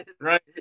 Right